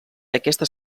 aquesta